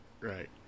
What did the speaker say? right